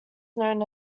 known